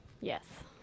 yes